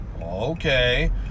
okay